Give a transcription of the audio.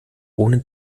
ohne